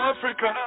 Africa